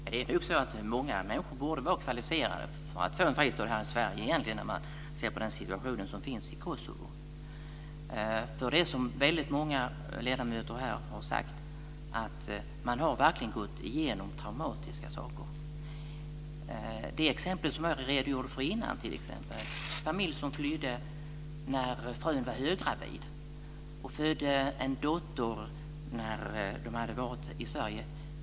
Fru talman! Det är nog så att många människor borde vara kvalificerade för att få en fristad här i Sverige när man ser på situationen i Kosovo. Det är sant, som väldigt många ledamöter här har sagt, att man har gått igenom traumatiska saker. Det gäller det exempel som jag redogjorde för tidigare om en familj som flydde när frun var höggravid. Hon födde en dotter när de hade varit två dagar i Sverige.